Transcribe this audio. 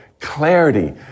clarity